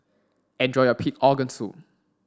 enjoy your pig organ soup